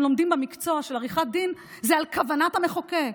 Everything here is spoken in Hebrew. לומדים במקצוע של עריכת דין זה על כוונת המחוקק.